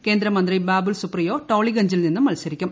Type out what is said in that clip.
കേന്ദ്ര മന്ത്രി ബാബുൽ സുപ്രിയോ ടോളിഗഞ്ചിൽ നിന്നും മത്സരിക്കും